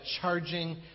charging